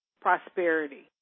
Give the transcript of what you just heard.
prosperity